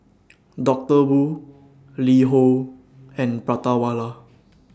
Doctor Wu LiHo and Prata Wala